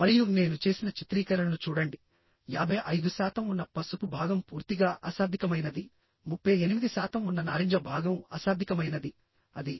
మరియు నేను చేసిన చిత్రీకరణను చూడండి 55 శాతం ఉన్న పసుపు భాగం పూర్తిగా అశాబ్దికమైనది 38 శాతం ఉన్న నారింజ భాగం అశాబ్దికమైనది అది